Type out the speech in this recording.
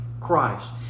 Christ